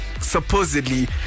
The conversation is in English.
supposedly